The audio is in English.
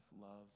loves